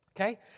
Okay